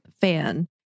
fan